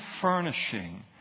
furnishing